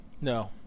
No